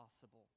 possible